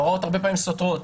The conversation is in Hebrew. ההוראות הרבה פעמים סותרות.